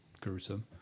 gruesome